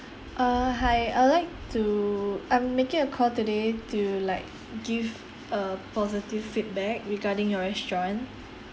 uh hi I would like to I'm making a call today to like give a positive feedback regarding your restaurant